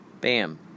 bam